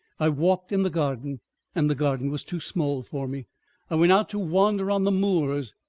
i walked in the garden and the garden was too small for me i went out to wander on the moors.